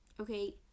okay